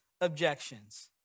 objections